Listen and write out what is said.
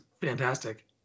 fantastic